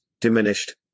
diminished